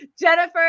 Jennifer